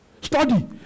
Study